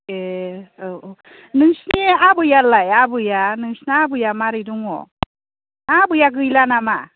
ए औ औ नोंसोरनि आबैयालाय नोंसोरना आबैया माबोरै दङ आबैया गैला नामा